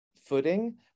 footing